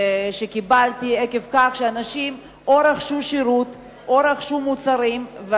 עקב כך שאנשים שרכשו שירות או מוצרים,